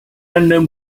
unknown